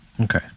Okay